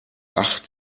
acht